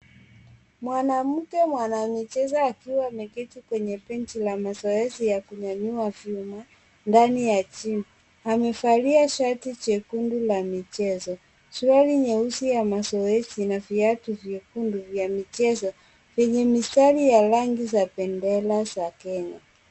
Mwanamke mwanamichezo akiwa ameketi kwenye benchi la mazoezi ya kunyanyua vyuma ndani ya gym amevalia shati jekundu la michezo, suruali nyeusi ya mazoezi na viatu vyekundu vya michezo vyenye mistari ya rangi ya bendera ya Kenya.